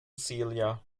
celia